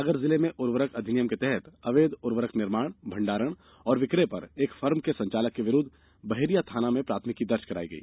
सागर जिले में उर्वरक अधिनियम के तहत अवैध उर्वरक निर्माण भण्डारण एवं विक्रय पर एक फर्म के संचालक के विरूद्व बहेरिया थाना में प्राथमिकी दर्ज कराई गई